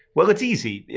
well it's easy! yeah